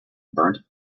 burnt